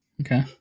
okay